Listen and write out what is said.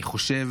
אני חושב